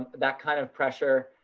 that kind of pressure,